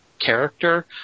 character